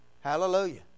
Hallelujah